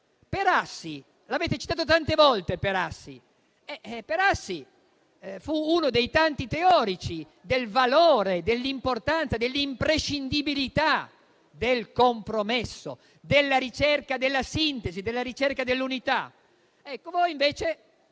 Perassi, che avete citato tante volte e che fu uno dei tanti teorici del valore, dell'importanza e dell'imprescindibilità del compromesso e della ricerca della sintesi e dell'unità. Ecco, voi invece